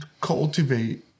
cultivate